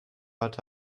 hatte